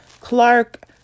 Clark